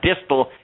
distal